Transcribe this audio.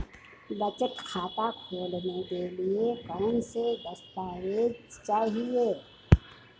बचत खाता खोलने के लिए कौनसे दस्तावेज़ चाहिए?